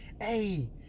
hey